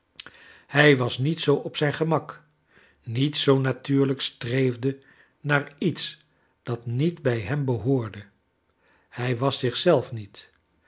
hij was niet zoo op zijn gemak niet zoo natuurlijk streefde naar iets dat niet bij hem behoorde hij was zich zelf niet